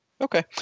Okay